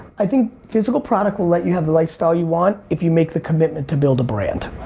i think physical product will let you have the lifestyle you want if you make the commitment to build a brand.